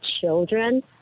children